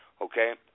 Okay